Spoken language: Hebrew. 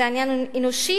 זה עניין אנושי,